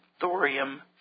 thorium